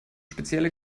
spezielle